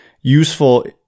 useful